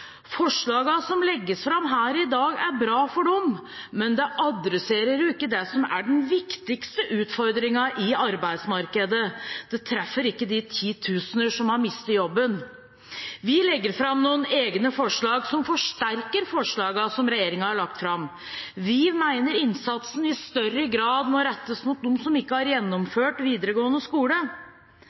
som legges fram her i dag, er bra for dem, men det adresserer jo ikke det som er den viktigste utfordringen i arbeidsmarkedet. Det treffer ikke de titusener som har mistet jobben. Vi legger fram noen egne forslag som forsterker forslagene som regjeringen har lagt fram. Vi mener innsatsen i større grad må rettes mot dem som ikke har gjennomført videregående skole.